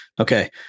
okay